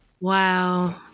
Wow